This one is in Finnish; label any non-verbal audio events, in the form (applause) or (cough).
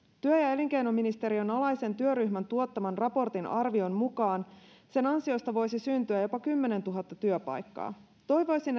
työ ja elinkeinoministeriön alaisen työryhmän tuottaman raportin arvion mukaan sen ansiosta voisi syntyä jopa kymmenentuhatta työpaikkaa toivoisin (unintelligible)